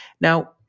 Now